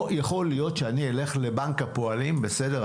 לא יכול להיות שאלך לבנק הפועלים בסדר,